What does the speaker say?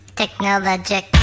technologic